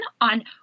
on